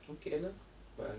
okay lah but